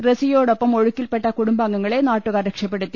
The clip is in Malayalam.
റസിയോടൊപ്പം ഒഴുക്കിൽ പെട്ട കുടു്ംബാംഗങ്ങളെ നാട്ടുകാർ രക്ഷപ്പെടുത്തി